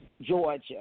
Georgia